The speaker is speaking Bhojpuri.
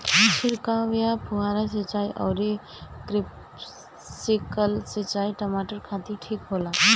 छिड़काव या फुहारा सिंचाई आउर स्प्रिंकलर सिंचाई टमाटर खातिर ठीक होला?